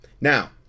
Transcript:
Now